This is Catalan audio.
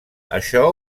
això